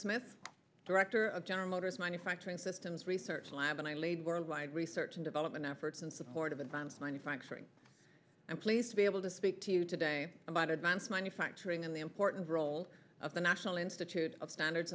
smith director of general motors manufacturing systems research lab and i laid worldwide research and development efforts in support of advanced manufacturing and pleased to be able to speak to you today about advanced manufacturing and the important role of the national institute of standards